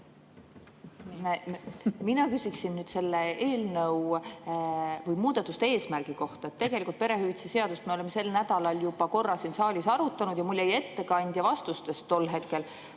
Mina küsiksin nüüd selle eelnõu muudatuste eesmärgi kohta. Tegelikult perehüvitiste seadust me oleme sel nädalal juba korra siin saalis arutanud. Ja mul jäi ettekandja vastustest tol hetkel